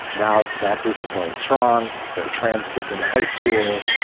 now that group is going strong. they're trans kids in the high school.